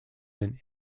than